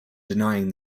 denying